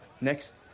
Next